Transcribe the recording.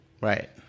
right